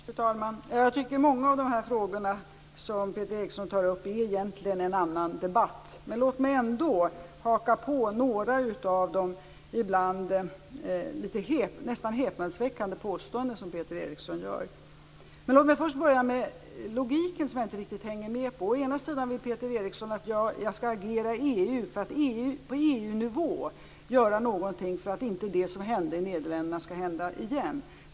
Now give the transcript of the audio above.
Fru talman! Jag tycker att många av de här frågorna som Peter Eriksson tar upp egentligen hör hemma i en annan debatt. Låt mig ändå haka på några av de ibland nästan häpnadsväckande påståenden som Peter Låt mig börja med logiken, som jag inte riktigt hänger med på. Å ena sidan vill Peter Eriksson att jag skall agera i EU för att på EU-nivå göra någonting för att inte det som hände i Nederländerna skall hända igen.